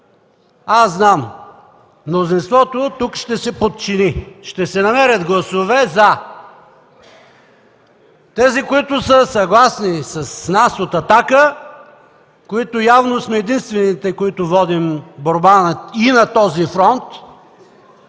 аз знам, мнозинството тук ще се подчини – ще се намерят гласове „за”. Тези, които са съгласни с нас от „Атака”, които явно сме единствените, които водим борба и на този фронт,